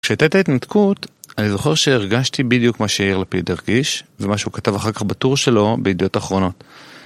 כשהייתה את ההתנתקות, אני זוכר שהרגשתי בדיוק מה שיאיר לפיד הרגיש, זה מה שהוא כתב אחר כך בטור שלו, בידיעות אחרונות.